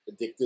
addictive